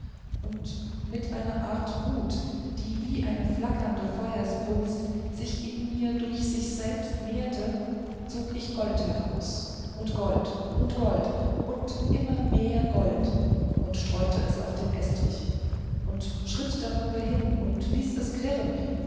und mit einer art wut die wie eine flackernde feuersbrunst sich in mir durch sich selbst mehrte zog ich gold daraus und gold und gold und immer mehr gold und streute es auf den estrich und schritt darüber hin und ließ es klirren